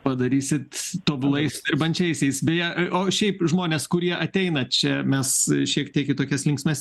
padarysit tobulais dirbančiaisiais beje o šiaip žmonės kurie ateina čia mes šiek tiek į tokias linksmesnes